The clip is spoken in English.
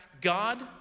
God